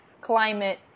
Climate